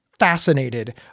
fascinated